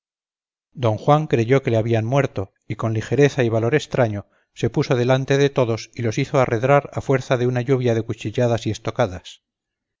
don juan creyó que le habían muerto y con ligereza y valor estraño se puso delante de todos y los hizo arredrar a fuerza de una lluvia de cuchilladas y estocadas